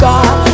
God